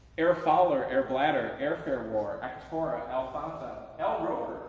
air fouler, airbladder, airfare war, aktorka, al fatah, al roker,